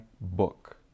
book